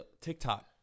TikTok